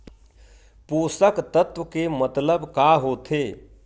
पोषक तत्व के मतलब का होथे?